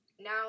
Now